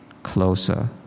closer